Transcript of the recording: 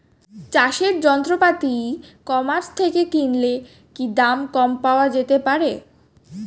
চাষের যন্ত্রপাতি e commerce থেকে কিনলে কি দাম কম পাওয়া যেতে পারে?